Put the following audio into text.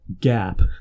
gap